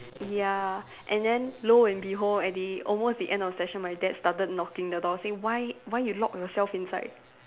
ya and then lo and behold at the almost at the end of session my dad started knocking the door say why why you locked yourself inside